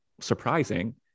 surprising